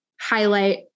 highlight